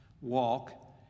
walk